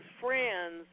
friends